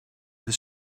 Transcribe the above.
this